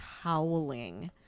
howling